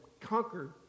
conquered